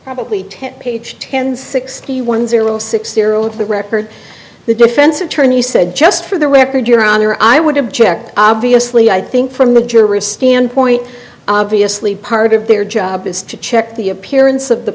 probably ten page ten sixty one zero six zero for the record the defense attorney said just for the record your honor i would object obviously i think from the jurors standpoint obviously part of their job is to check the appearance of the